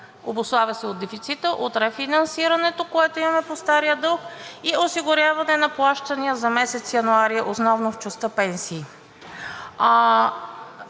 обуславя се от дефицита, от рефинансирането, което имаме по стария дълг, и осигуряване на плащания за месец януари, основно в частта „Пенсии“.